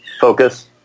focus